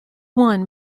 one